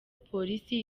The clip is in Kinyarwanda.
police